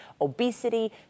obesity